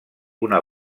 una